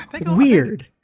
weird